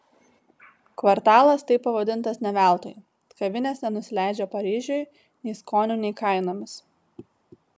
kvartalas taip pavadintas ne veltui kavinės nenusileidžia paryžiui nei skoniu nei kainomis